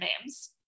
names